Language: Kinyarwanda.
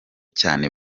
cyane